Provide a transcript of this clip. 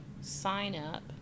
sign-up